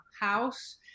house